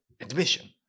admission